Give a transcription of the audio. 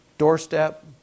doorstep